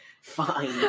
fine